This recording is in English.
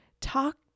talk